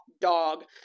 dog